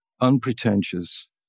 unpretentious